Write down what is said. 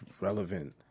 relevant